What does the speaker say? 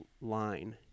line